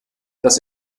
das